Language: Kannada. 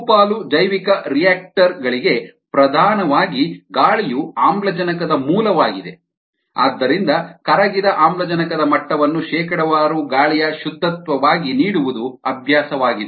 ಬಹುಪಾಲು ಜೈವಿಕರಿಯಾಕ್ಟರ್ ಗಳಿಗೆ ಪ್ರಧಾನವಾಗಿ ಗಾಳಿಯು ಆಮ್ಲಜನಕದ ಮೂಲವಾಗಿದೆ ಆದ್ದರಿಂದ ಕರಗಿದ ಆಮ್ಲಜನಕದ ಮಟ್ಟವನ್ನು ಶೇಕಡಾವಾರು ಗಾಳಿಯ ಶುದ್ಧತ್ವವಾಗಿ ನೀಡುವುದು ಅಭ್ಯಾಸವಾಗಿದೆ